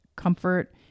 Comfort